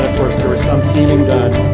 course there was some cementing done.